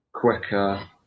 Quicker